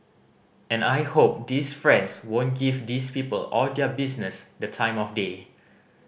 and I hope these friends won't give these people or their business the time of day